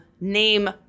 name